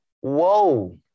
Whoa